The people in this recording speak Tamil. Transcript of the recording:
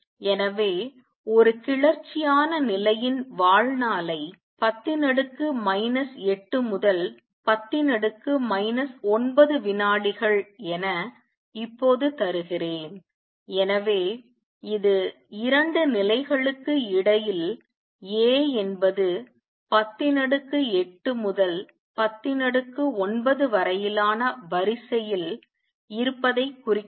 எனவே ஒரு கிளர்ச்சியான நிலையின் வாழ்நாளை 10 8 முதல் 10 9 வினாடிகள் என இப்போது தருகிறேன் எனவே இது 2 நிலைகளுக்கு இடையில் A என்பது 108 முதல் 109 வரையிலான வரிசையில் இருப்பதைக் குறிக்கிறது